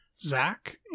Zach